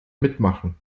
mitmachen